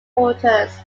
quarters